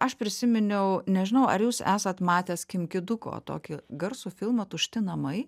aš prisiminiau nežinau ar jūs esat matęs kim kiduko tokį garsų filmą tušti namai